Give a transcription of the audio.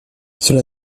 cela